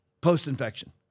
Post-infection